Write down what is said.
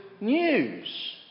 news